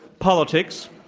politics,